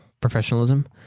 professionalism